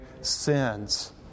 sins